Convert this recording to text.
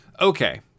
Okay